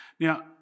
Now